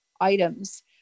items